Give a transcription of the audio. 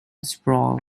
sprawl